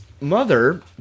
mother